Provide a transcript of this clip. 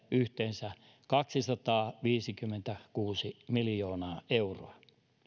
yhteensä kaksisataaviisikymmentäkuusi miljoonaa euroa